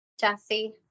Jesse